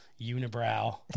unibrow